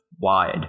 wide